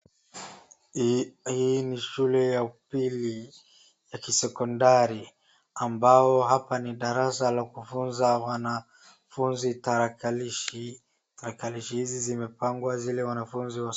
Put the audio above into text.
Hii ni shule ya upili ya kisekondari ambapo hapa ni darasa la kufunza wanafunzi tarakilishi. Tarakilishi hizi zimepangwa zile wanafunzi...